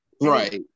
Right